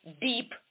deep